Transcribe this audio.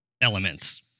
elements